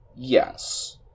Yes